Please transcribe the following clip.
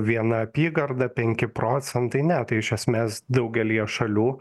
viena apygarda penki procentai ne tai iš esmės daugelyje šalių